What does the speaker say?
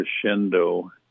crescendo